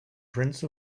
prince